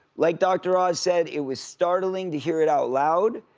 like doctor oz said, it was startling to hear it out loud,